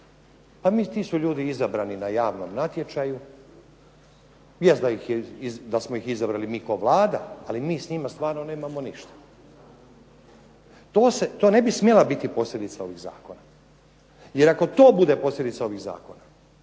Pa ti su ljudi izabrani na javnom natječaju, jest da smo ih izabrali mi kao Vlada, ali mi s njima stvarno nemamo ništa." To ne bi smjela biti posljedica ovih zakona, jer ako to bude posljedica ovih zakona